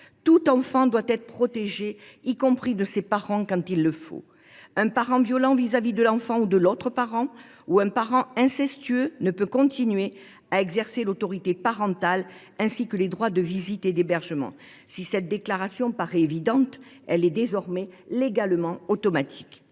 Tout enfant doit être protégé, y compris de ses parents, quand il le faut. Un parent violent vis à vis de l’enfant ou de l’autre parent ou un parent incestueux ne saurait continuer d’exercer l’autorité parentale non plus que ses droits de visite et d’hébergement. Cette déclaration paraît évidente, elle est désormais légalement automatique.